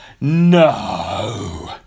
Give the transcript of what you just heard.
no